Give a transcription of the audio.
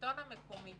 לשלטון המקומי